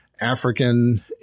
African